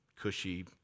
cushy